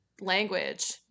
language